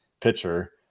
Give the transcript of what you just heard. Pitcher